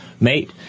mate